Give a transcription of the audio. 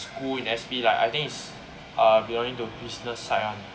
school in S_P like I think it's err belonging to business side [one]